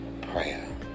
prayer